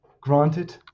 Granted